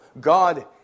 God